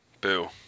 Boo